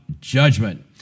judgment